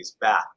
back